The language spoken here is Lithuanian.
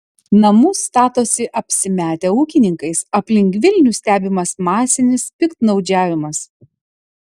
namus statosi apsimetę ūkininkais aplink vilnių stebimas masinis piktnaudžiavimas